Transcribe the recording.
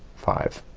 five.